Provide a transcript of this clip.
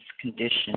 condition